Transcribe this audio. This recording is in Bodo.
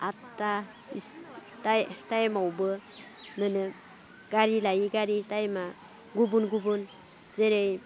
आटथा टाइमावबो मोनो गारि लायै गारि टाइमआ गुबुन गुबुन जेरै